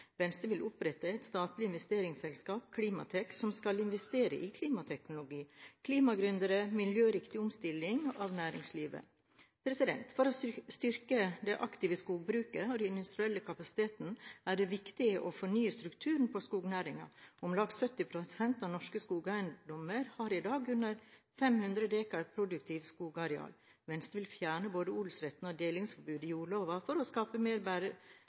Venstre vil opprette et statlig investeringsselskap – Klimatek – som skal investere i klimateknologi, klimagründere, og miljøriktig omstilling av næringsliv. For å styrke det aktive skogbruket og den industrielle kapasiteten, er det viktig å fornye strukturen på skognæringen. Om lag 70 pst. av norske skogeiendommer har i dag under 500 dekar produktivt skogareal. Venstre vil fjerne både odelsretten og delingsforbudet i jordloven for å skape mer